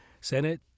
Senate